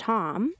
Tom